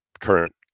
current